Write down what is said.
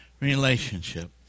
relationship